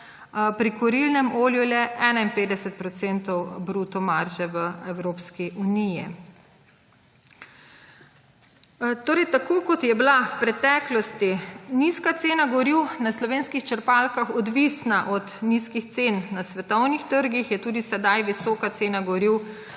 pri kurilnem olju le 51 % bruto marže v Evropski uniji. Tako kot je bila v preteklosti nizka cena goriv na slovenskih črpalkah odvisna od nizkih cen na svetovnih trgih, tudi sedaj visoka cena goriv